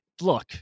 Look